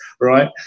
right